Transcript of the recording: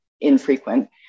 infrequent